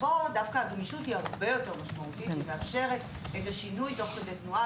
כאן הגמישות היא הרבה יותר משמעותית ומאפשרת את השינוי תוך כדי תנועה,